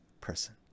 person